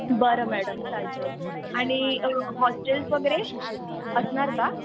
बरं मॅडम चालते आणि हॉस्टेल्स वगैरे असणार का